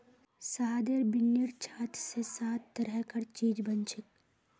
शहदेर बिन्नीर छात स सात तरह कार चीज बनछेक